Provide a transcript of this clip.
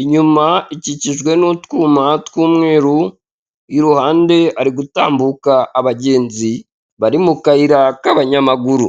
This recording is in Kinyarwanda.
inyuma ikikijwe n'utwuma tw'umweru, iruhande hari gutambuka abagenzi bari mukayira k'ababanyamaguru.